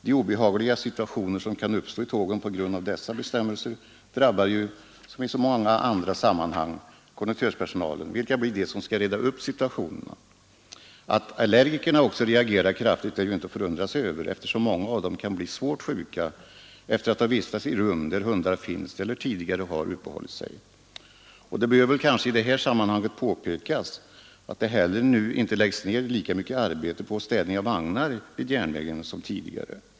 De obehagliga situationer som kan uppstå i tågen på grund av dessa bestämmelser drabbar ju, som i så många andra sammanhang, konduktörspersonalen som skall reda upp situationerna. Att allergikerna också reagerar kraftigt är ju inte att förundra sig över, eftersom många av dem kan bli svårt sjuka efter att ha vistats i rum där hundar finns eller tidigare har uppehållit sig. Det bör kanske i detta sammanhang påpekas att det heller inte nu läggs ned lika mycket arbete på städning av vagnar vid järnvägen som tidigare.